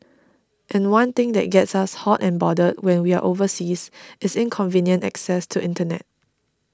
and one thing that gets us hot and bothered when we're overseas is inconvenient access to internet